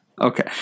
Okay